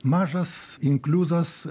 mažas inkliuzas